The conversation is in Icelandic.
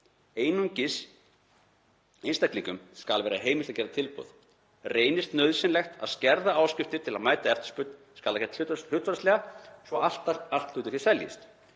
Einungis einstaklingum skal vera heimilt að gera tilboð. Reynist nauðsynlegt að skerða áskriftir til að mæta eftirspurn skal það gert hlutfallslega, svo að allt hlutafé seljist.